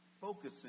focusing